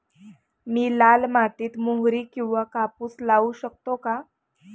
मी लाल मातीत मोहरी किंवा कापूस लावू शकतो का?